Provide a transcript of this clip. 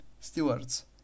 stewards